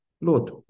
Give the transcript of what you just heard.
Lord